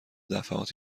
دفعات